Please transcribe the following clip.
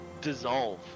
dissolve